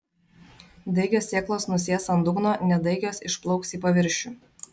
daigios sėklos nusės ant dugno nedaigios išplauks į paviršių